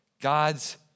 God's